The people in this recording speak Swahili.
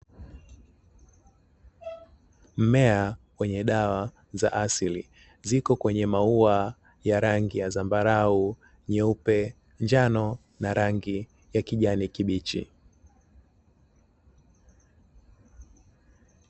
Mmea wenye dawa za asili ziko kwenye maua ya rangi ya zambarau, nyeupe, njano na rangi ya kijani kibichi.